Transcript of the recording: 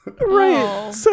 Right